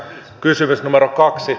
kysymys numero kaksi